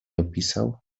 opisał